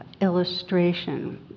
illustration